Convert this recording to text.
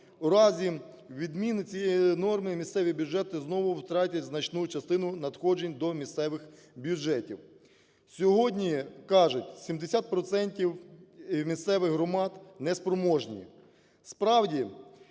У разі відміни цієї норми місцеві бюджети знову втратять значну частину надходжень до місцевих бюджетів. Сьогодні, кажуть, 70 процентів місцевих громад не спроможні. Справді,